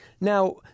Now